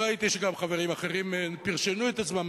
אבל ראיתי שגם חברים אחרים פרשנו את עצמם,